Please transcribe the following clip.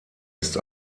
ist